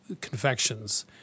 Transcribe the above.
confections